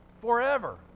forever